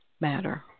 matter